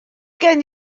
gen